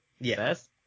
yes